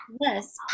Yes